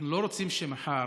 לא רוצים שמחר